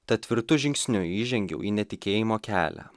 tad tvirtu žingsniu įžengiau į netikėjimo kelią